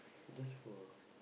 just for